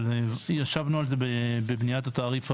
אבל ישבנו על זה בבניית התעריף,